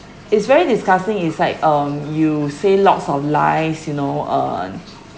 it's very disgusting is like um you say lots of lies you know uh